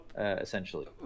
essentially